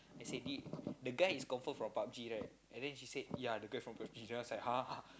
I say th~ the guy is confirm from PUB-G right and then she said yeah the guy from PUB-G then I was like !huh!